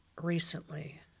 recently